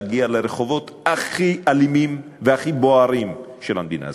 להגיע לרחובות הכי אלימים והכי בוערים של המדינה הזאת?